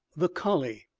the colley,